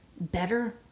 better